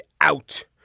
out